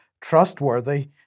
trustworthy